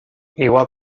igual